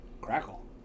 Crackle